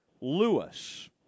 Lewis